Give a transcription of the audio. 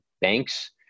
banks